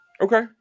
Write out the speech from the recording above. Okay